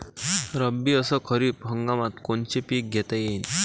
रब्बी अस खरीप हंगामात कोनचे पिकं घेता येईन?